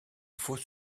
faut